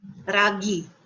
ragi